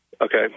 okay